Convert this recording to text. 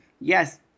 yes